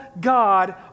God